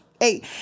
Eight